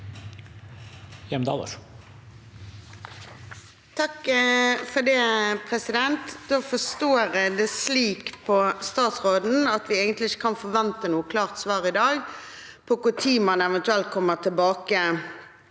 (FrP) Da forstår jeg det slik på statsråden at vi egentlig ikke kan forvente noe klart svar i dag på når man eventuelt kommer tilbake